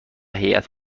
هیات